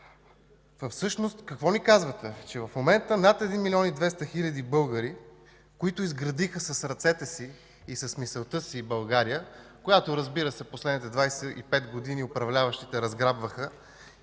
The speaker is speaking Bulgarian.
Всъщност какво ни казвате? Че в момента над 1 млн. 200 хил. българи, които изградиха с ръцете си и с мисълта си България, която, разбира се, в последните 25 години управляващите разграбваха